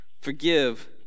Forgive